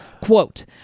Quote